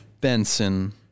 Benson